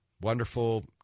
wonderful